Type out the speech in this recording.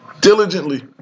diligently